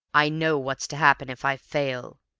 i know what's to happen if i fail.